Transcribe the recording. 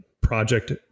project